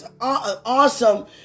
awesome